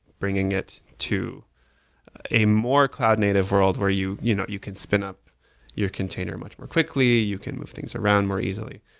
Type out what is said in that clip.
bringing it to a more cloud native world where you you know you could spin up your container much more quickly. you can move things around more easily.